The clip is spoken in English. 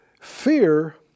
Fear